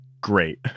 Great